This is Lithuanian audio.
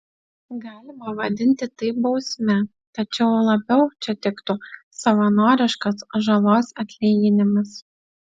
galima vadinti tai bausme tačiau labiau čia tiktų savanoriškas žalos atlyginimas